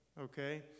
okay